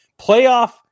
Playoff